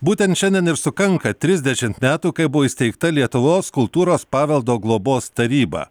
būtent šiandien ir sukanka trisdešimt metų kai buvo įsteigta lietuvos kultūros paveldo globos taryba